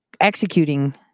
executing